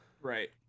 Right